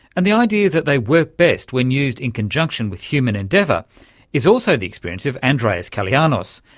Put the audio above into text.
and the idea that they work best when used in conjunction with human endeavour is also the experience of andreas calianos,